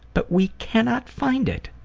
but we cannot find it.